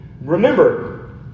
Remember